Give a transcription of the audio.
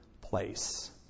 place